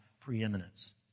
preeminence